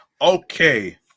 Okay